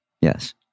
Yes